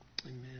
amen